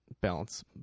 balance